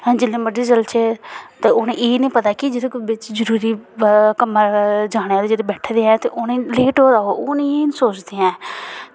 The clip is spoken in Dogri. अस जेल्लै मर्जी चलचै ते उ'नें इ'यै निं पता की जि'त्थें बिच जरूरी कम्मै र जाने आह्ले जेह्ड़े बैठे दे ऐ ते उ'नें लेट होआ दे ओह् एह् निं सोचदे ऐ